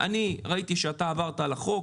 אני ראיתי שאתה עברת על החוק,